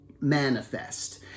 manifest